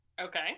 Okay